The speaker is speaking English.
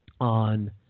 on